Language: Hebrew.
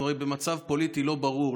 אנחנו הרי במצב פוליטי לא ברור,